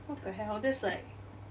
what the hell that's like